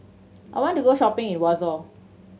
I want to go shopping in Warsaw